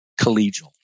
collegial